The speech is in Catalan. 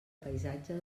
paisatge